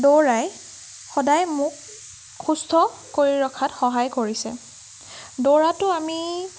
দৌৰাই সদায় মোক সুস্থ কৰি ৰখাত সহায় কৰিছে দৌৰাতো আমি